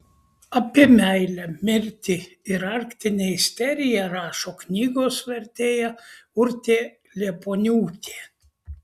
apie meilę mirtį ir arktinę isteriją rašo knygos vertėja urtė liepuoniūtė